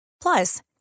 Plus